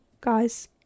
guys